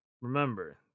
remember